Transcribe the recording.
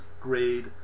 grade